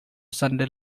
sunday